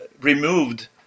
removed